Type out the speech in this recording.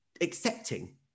accepting